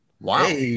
Wow